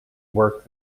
work